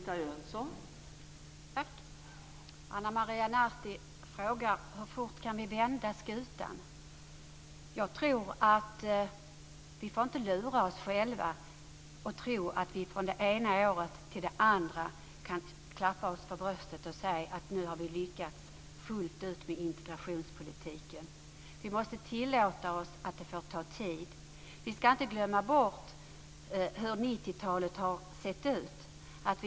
Fru talman! Ana Maria Narti frågar: Hur fort kan vi vända skutan? Vi får inte lura oss själva och tro att vi från det ena året till det andra kan klappa oss för bröstet och säga: Nu har vi lyckats fullt ut med integrationspolitiken. Vi måste tillåta att det tar tid. Vi ska inte glömma bort hur 90-talet har sett ut.